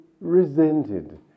resented